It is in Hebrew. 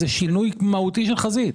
זה שינוי מהותי של חזית.